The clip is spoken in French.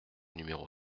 numéro